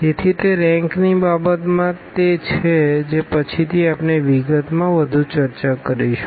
તેથી તે રેંકની બાબતમાં તે છે જે પછીથી આપણે વિગતમાં વધુ ચર્ચા કરીશું